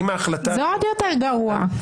זה עוד יותר גרוע.